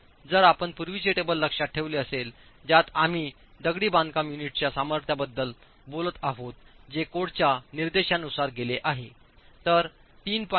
तर जर आपण पूर्वीचे टेबल लक्षात ठेवले असेल ज्यात आम्ही दगडी बांधकाम युनिट्सच्या सामर्थ्याबद्दल बोलत आहोत जे कोडच्या निर्देशानुसार गेले आहे तर 3